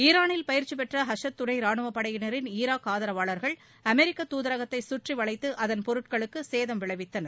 ஈரானில் பயிற்சி பெற்ற ஹர்ஷத் துணை ரானுவப்படையினரின் ஈராக் ஆதரவாளர்கள் அமெரிக்க தூதரகத்தை சுற்றி வளைத்து அதன் பொருட்களுக்கு சேதம் விளைவித்தனர்